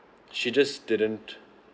she just didn't